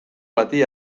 bati